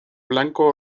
blanco